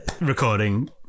recording